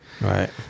right